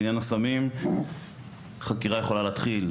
לעניין הסמים - חקירה יכולה להתחיל,